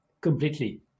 Completely